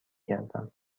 گردم